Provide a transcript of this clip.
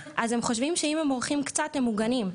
אז הם חושבים שאם הם מורחים קצת הם מוגנים,